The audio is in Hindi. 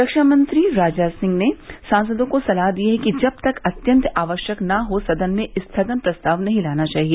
रक्षा मंत्री राजनाथ सिंह ने सांसदों को सलाह दी हैं कि जब तक अत्यंत आवश्यक नहीं हो सदन में स्थागन प्रस्ताव नहीं लाना चाहिए